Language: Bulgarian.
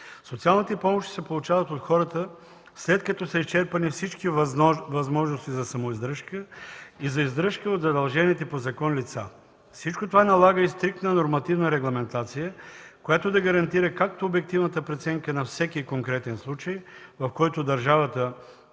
Социалните помощи се получават от хората, след като са изчерпани всички възможности за самоиздръжка и за издръжка от задължените по закон лица. Всичко това налага и стриктна нормативна регламентация, която да гарантира както обективната преценка на всеки конкретен случай, в който държавата трябва